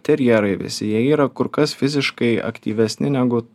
terjerai visi jie yra kur kas fiziškai aktyvesni negu